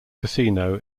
casino